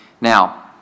Now